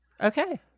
Okay